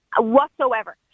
whatsoever